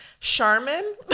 Charmin